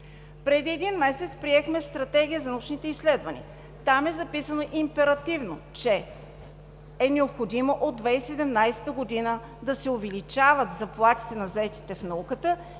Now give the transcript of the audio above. Преди един месец приехме Стратегия за научните изследвания. Там е записано императивно, че е необходимо от 2017 г. да се увеличават заплатите на заетите в науката,